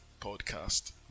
podcast